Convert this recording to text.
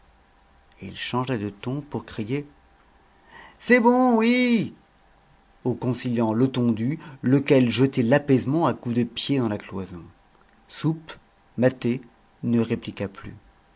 il changea de ton pour crier c'est bon oui au conciliant letondu lequel jetait l'apaisement à coups de pied dans la cloison soupe maté ne répliqua plus